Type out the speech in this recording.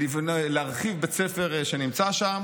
להרחיב בית ספר שנמצא שם,